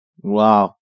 Wow